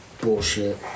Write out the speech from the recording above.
Bullshit